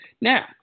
Now